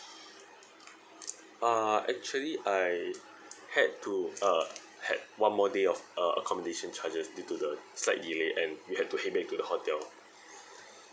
uh actually I had uh had one more day of uh accommodation charges due to the slightly delay and we had to head back to the hotel